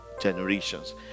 generations